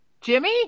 Jimmy